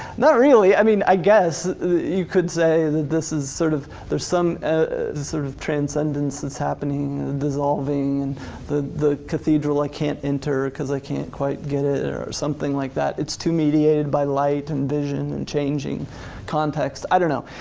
not really, i mean i guess, you could say that this is sort of, there's some ah sort of transcendence that's happening, dissolving and the the cathedral, i can't enter cause i can't quite get it or something like that. it's too mediated by light and vision and changing context, i don't know.